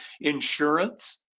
insurance